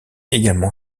également